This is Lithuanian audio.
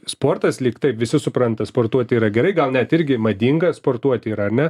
sportas lyg taip visi supranta sportuoti yra gerai gal net irgi madinga sportuoti yra ar ne